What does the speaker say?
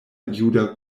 juda